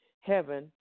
Heaven